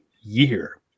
year